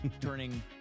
turning